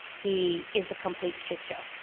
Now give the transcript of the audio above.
he is a complete shit show.